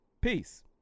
Peace